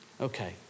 Okay